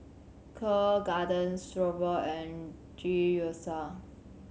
Kheer Garden and Gyoza